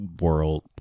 world